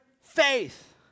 faith